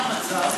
במה ישתנה המצב?